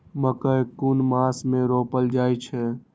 मकेय कुन मास में रोपल जाय छै?